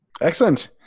Excellent